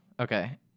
Okay